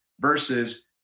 versus